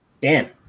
Dan